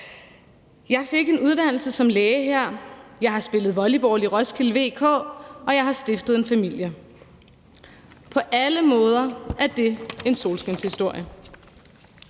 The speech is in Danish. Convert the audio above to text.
Jeg fik en uddannelse som læge her, jeg har spillet volleyball i Roskilde Volleyball Klub, og jeg har stiftet en familie. På alle måder er det en solskinshistorie.